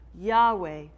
yahweh